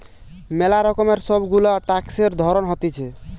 ম্যালা রকমের সব গুলা ট্যাক্সের ধরণ হতিছে